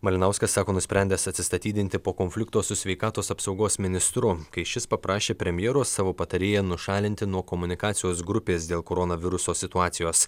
malinauskas sako nusprendęs atsistatydinti po konflikto su sveikatos apsaugos ministru kai šis paprašė premjero savo patarėją nušalinti nuo komunikacijos grupės dėl koronaviruso situacijos